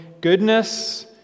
goodness